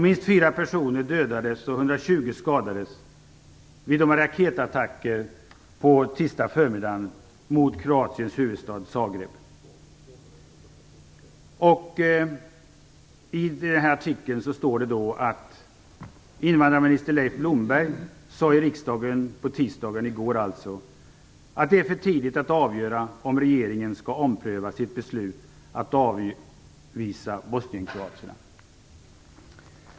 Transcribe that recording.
Minst 4 att det är för tidigt att avgöra om regeringen skall ompröva sitt beslut att avvisa bosnienkroaterna.